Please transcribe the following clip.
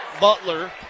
Butler